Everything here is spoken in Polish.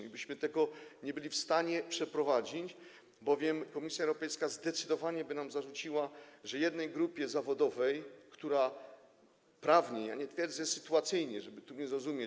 Tego byśmy nie byli w stanie przeprowadzić, bowiem Komisja Europejska zdecydowanie by nam zarzuciła, że jednej grupie zawodowej, która prawnie, nie twierdzę, że sytuacyjnie, żeby tu mnie zrozumieć.